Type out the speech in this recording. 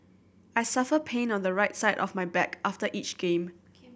I suffer pain on the right side of my back after each game